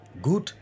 Good